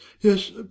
yes